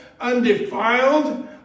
undefiled